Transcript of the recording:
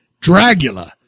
Dragula